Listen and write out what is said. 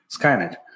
Skynet